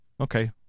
okay